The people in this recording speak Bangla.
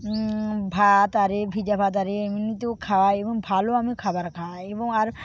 এবং ভাত আরে ভিজে ভাত আরে এমনিতেও খাওয়াই এবং ভালো আমি খাবার খাওয়াই এবং আর